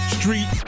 street